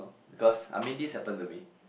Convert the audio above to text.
because I mean this happened to me